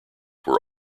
were